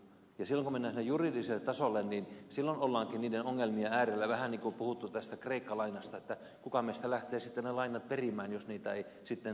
silloin kun mennään sinne juridiselle tasolle ollaankin niiden ongelmien äärellä vähän niin kuin on puhuttu tästä kreikka lainasta että kuka meistä lähtee sitten ne lainat perimään jos niitä ei sitten saada